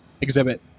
exhibit